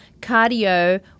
cardio